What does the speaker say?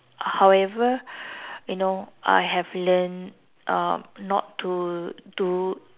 however you know I have learn um not to do